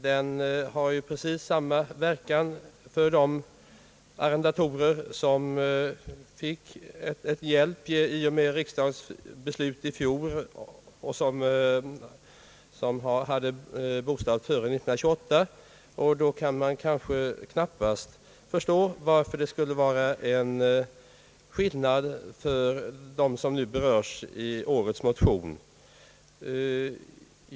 Denna lagstiftning har precis samma verkan för de arrendatorer som fick hjälp i och med riksdagens beslut i fjol och som hade bostad före år 1928, och då kan man kanske knappast förstå, varför det skulle bli någon skillnad för dem som nu berörs i årets motion.